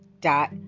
dot